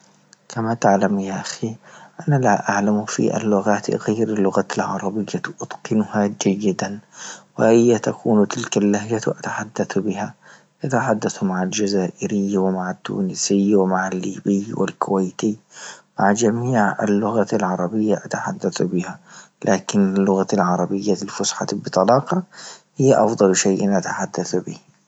كما تعلم يا أخي أنا لا أعلم في اللغات غير اللغة العربية أتقنها جيدا وهي تكون تلك اللهجة أتحدث بها، إذا حدث مع الجزائر ومع التونسي ومع ليبي ومع الكويتي مع جميع اللغات العربية اتحدث بها، لكن اللغة العربية الفصحى بطلاقة هي أافضل شيء أتحدث به.